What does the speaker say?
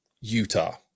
Utah